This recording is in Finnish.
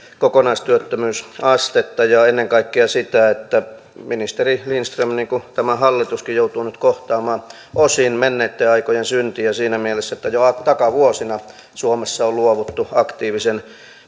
kokonaistyöttömyysastetta ja ennen kaikkea sitä että ministeri lindström niin kuin tämä hallituskin joutuu nyt kohtaamaan osin menneitten aikojen syntejä siinä mielessä että jo takavuosina suomessa on luovuttu aktiivisen